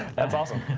that's awesome.